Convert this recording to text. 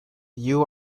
you